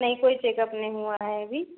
नहीं कोई चेकअप नहीं हुआ है अभी